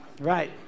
Right